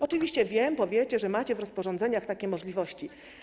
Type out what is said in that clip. Oczywiście wiem, powiecie, że macie w rozporządzeniach takie możliwości.